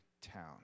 town